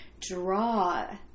draw